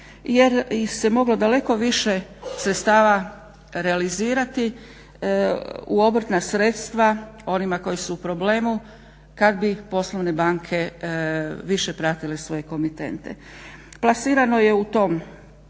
jer se moglo daleko više sredstava realizirati u obrtna sredstva onima koji su u problemu kad bi poslovne banke više pratile svoje komitente. Plasirano je u